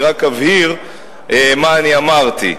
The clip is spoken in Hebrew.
אני רק אבהיר מה אני אמרתי.